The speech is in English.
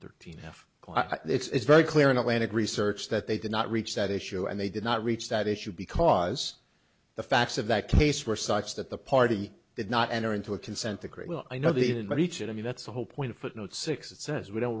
thirteen f it's very clear in atlantic research that they did not reach that issue and they did not reach that issue because the facts of that case were such that the party did not enter into a consent decree well i know they didn't reach it i mean that's the whole point footnote six it says we don't